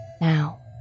Now